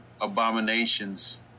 abominations